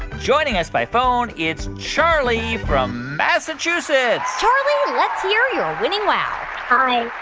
joining us by phone, it's charlie from massachusetts charlie, let's hear your winning wow hi.